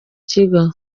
kigo